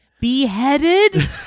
Beheaded